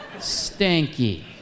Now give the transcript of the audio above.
stinky